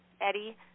Eddie